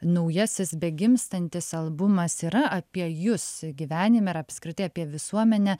naujasis begimstantis albumas yra apie jus gyvenime ir apskritai apie visuomenę